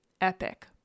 epic